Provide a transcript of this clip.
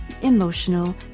emotional